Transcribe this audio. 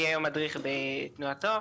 אני היום מדריך בתנועת נוער.